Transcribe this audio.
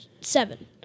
seven